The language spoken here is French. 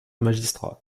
magistrat